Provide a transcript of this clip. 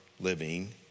living